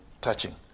touching